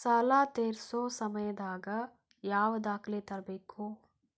ಸಾಲಾ ತೇರ್ಸೋ ಸಮಯದಾಗ ಯಾವ ದಾಖಲೆ ತರ್ಬೇಕು?